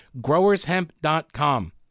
GrowersHemp.com